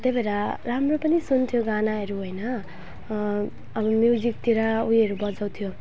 त्यही भएर राम्रो पनि सुन्थ्यो गानाहरू होइन अनि म्युजिकतिर उयोहरू बजाउँथ्यो